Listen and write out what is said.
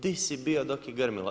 Di si bio dok je grmilo?